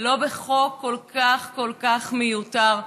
לא בחוק כל כך כל כך מיותר,